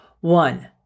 One